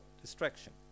distraction